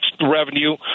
revenue